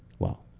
well,